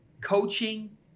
coaching